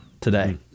today